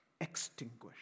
Extinguished